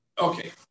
Okay